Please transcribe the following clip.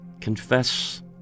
Confess